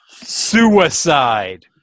suicide